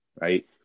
right